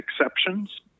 exceptions